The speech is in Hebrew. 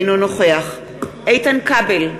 אינו נוכח איתן כבל,